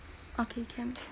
okay can